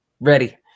Ready